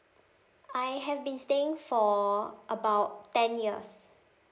I have been staying for about ten years